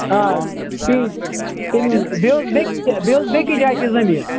آ تی تٔمی موٗجوٗب بیٚیہِ اوس بیٚیہِ بیٚیہِ اوس بیٚیہِ جایہِ تہِ زمیٖن